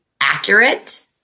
accurate